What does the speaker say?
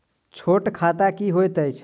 छोट खाता की होइत अछि